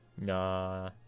Nah